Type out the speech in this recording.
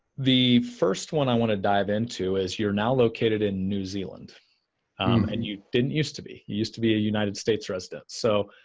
the first one i want to dive into is you're now located in new zealand and you didn't used to used to be a united states resident. so,